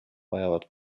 vajavad